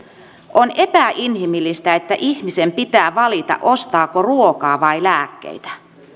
on epäinhimillistä että ihmisen pitää valita ostaako ruokaa vai lääkkeitä